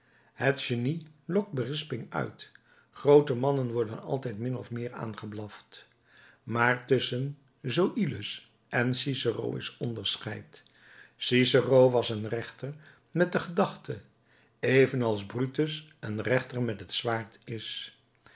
het genie lokt berisping uit groote mannen worden altijd min of meer aangeblaft maar tusschen zoïlus en cicero is onderscheid cicero was een rechter met de gedachte evenals brutus een rechter met het zwaard is